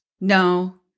No